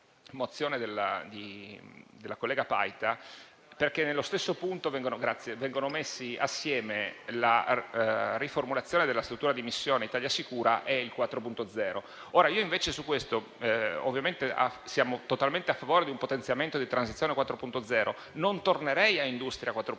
mozione della collega Paita, perché nello stesso punto vengono messi assieme la riformulazione della struttura di missione ItaliaSicura e il 4.0. Ovviamente siamo totalmente a favore di un potenziamento di Transizione 4.0, ma non tornerei a Industria 4.0.